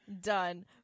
Done